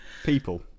People